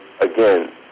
again